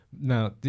Now